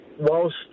whilst